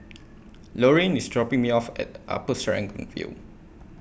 Lorraine IS dropping Me off At Upper Serangoon View